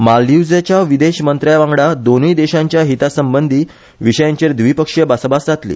मालदिव्ज्सच्या विदेश मंत्र्यावांगडा दोनुय देशांच्या हिता संबंदिंच्या विशयांचेर द्विपक्षीय भासाभास जातली